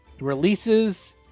releases